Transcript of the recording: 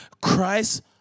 Christ